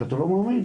שאתה לא מאמין.